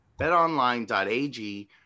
betonline.ag